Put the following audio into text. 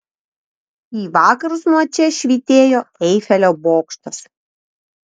į vakarus nuo čia švytėjo eifelio bokštas